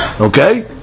Okay